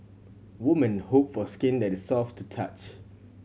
woman hope for skin that is soft to touch